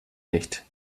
nicht